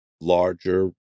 larger